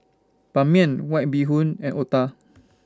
Ban Mian White Bee Hoon and Otah